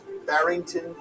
Barrington